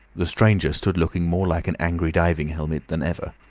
the stranger stood looking more like an angry diving-helmet than ever.